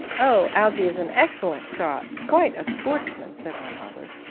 oh, algy is an excellent shot quite a sportsman said my mother.